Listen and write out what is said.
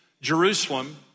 Jerusalem